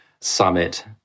summit